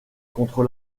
contre